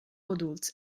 adults